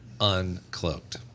uncloaked